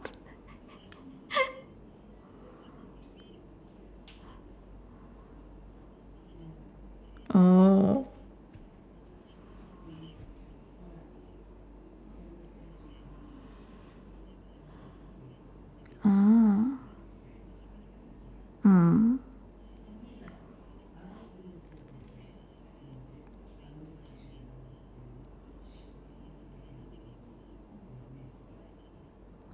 oh ah mm